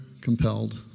compelled